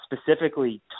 specifically